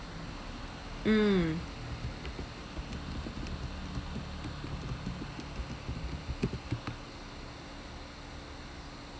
mm